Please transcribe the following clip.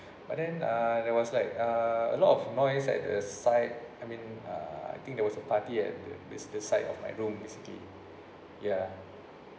but then uh there was like uh a lot of noise at the side I mean uh I think there was a party at the beds uh side of my room basically ya